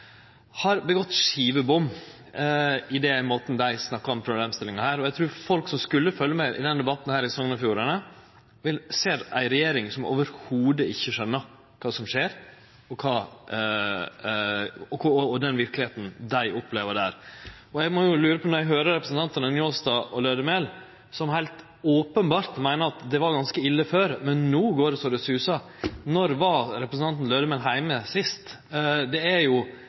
ser ei regjering som ikkje i det heile skjønar kva som skjer, og den verkelegheita dei opplever der. Eg må jo lure, når eg høyrer representantane Njåstad og Lødemel, som heilt openbert meiner at det var ganske ille før, men at det no går så det susar: Når var representanten Lødemel heime sist? Det er jo